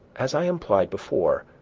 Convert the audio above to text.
as i implied before,